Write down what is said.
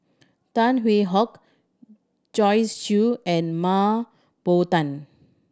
Tan Hwee Hock Joyce Jue and Mah Bow Tan